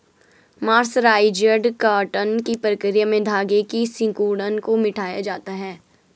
mercerised cotton की प्रक्रिया में धागे की सिकुड़न को मिटाया जाता है